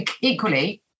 equally